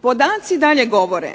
Podaci dalje govore